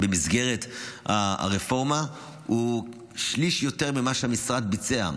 במסגרת הרפורמה הוא שליש יותר ממה שהמשרד ביצע,